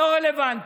לא רלוונטי.